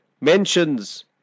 mentions